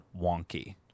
wonky